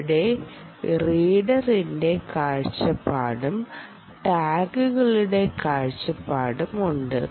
ഇവിടെ റീഡറിന്റെ കാഴ്ചപ്പാടും ടാഗുകളുടെ കാഴ്ചപ്പാടും ഉണ്ട്